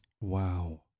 Wow